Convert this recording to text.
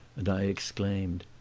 and i exclaimed,